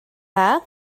dda